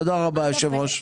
תודה רבה היושב-ראש.